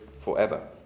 forever